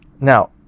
Now